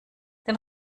den